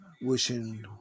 wishing